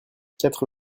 quatre